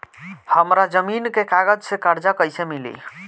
हमरा जमीन के कागज से कर्जा कैसे मिली?